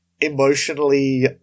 emotionally